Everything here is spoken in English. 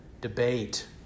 debate